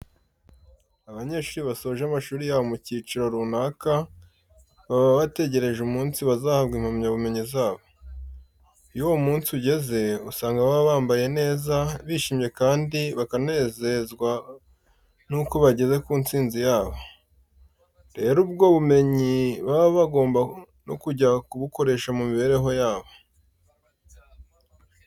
Abanyeshuri basoje amashuri yabo mu cyiciro runaka, baba bategereje umunsi bazahabwa impamyabumenyi zabo. Iyo uwo munsi ugeze, usanga baba bambaye neza, bishimye kandi bakanezezwa nuko bageze ku ntsinzi yabo. Rero, ubwo bumenyi baba bagomba no kujya kubukoresha mu mibereho yabo.